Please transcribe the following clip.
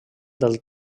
del